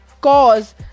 cause